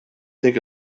think